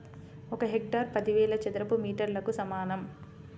ఒక హెక్టారు పదివేల చదరపు మీటర్లకు సమానం